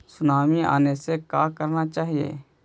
Tsunami आने से का करना चाहिए?